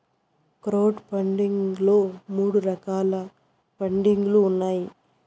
crowd funding లో మూడు రకాల పండింగ్ లు ఉన్నాయి